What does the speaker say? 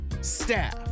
staff